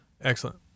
Excellent